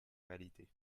réalité